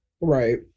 Right